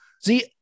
See